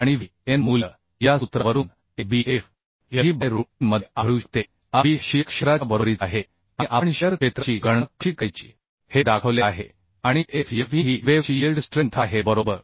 आणि vn मूल्य या सूत्रावरून a b f y w by root 3 मध्ये आढळू शकते a b हे शियर क्षेत्राच्या बरोबरीचे आहे आणि आपण शियर क्षेत्राची गणना कशी करायची हे दाखवले आहे आणि f y w ही वेव्ह ची यील्ड स्ट्रेंथ आहे बरोबर